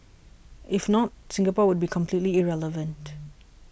if not Singapore would be completely irrelevant